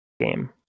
game